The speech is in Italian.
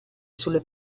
sulle